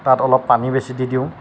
তাত অলপ পানী বেছি দি দিওঁ